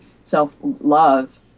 self-love